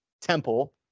temple